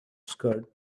skirt